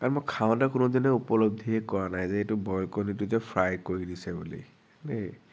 কাৰণ মই খাওঁতে কোনোদিনে উপলব্ধিয়ে কৰা নাই যে এইটো বইল কণীটো যে ফ্ৰাই কৰি দিছে বুলি